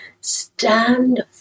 stand